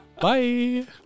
Bye